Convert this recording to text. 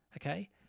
okay